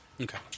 Okay